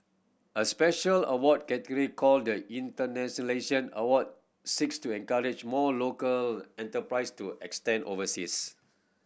a special award category called the Internationalisation Award seeks to encourage more local enterprise to expand overseas